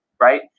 right